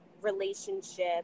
relationship